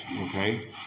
okay